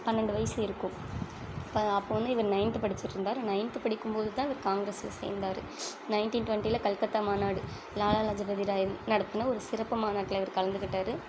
பன்னெண்டு வயசு இருக்கும் ப அப்போ வந்து இவர் நைன்த்து படிச்சிகிட்ருந்தாரு நைன்த்து படிக்கும்போது தான் இவர் காங்கிரஸ்ல சேர்ந்தார் நைன்ட்டீன் ட்வெண்ட்டில கல்கத்தா மாநாடு லாலா லஜபதிராய் நடத்தின ஒரு சிறப்பு மாநாட்டில இவர் கலந்துக்கிட்டார்